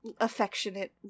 affectionate